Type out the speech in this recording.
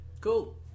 Cool